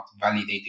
validated